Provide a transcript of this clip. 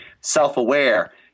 self-aware